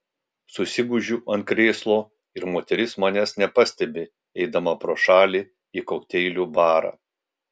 susigūžiu ant krėslo ir moteris manęs nepastebi eidama pro šalį į kokteilių barą